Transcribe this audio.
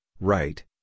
right